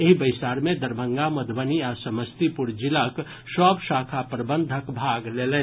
एहि बैसार मे दरभंगा मधुबनी आ समस्तीपुर जिलाक सभ शाखा प्रबंधक भाग लेलनि